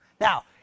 Now